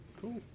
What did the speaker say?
Cool